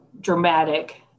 dramatic